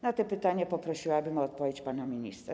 Na te pytania poprosiłabym o odpowiedź pana ministra.